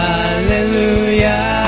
Hallelujah